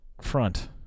front